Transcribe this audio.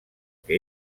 que